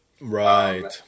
Right